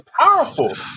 powerful